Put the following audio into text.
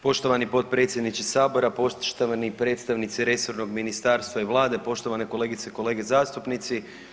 Poštovani potpredsjedniče sabora, poštovani predstavnici resornog ministarstva i vlade, poštovane kolegice i kolege zastupnici.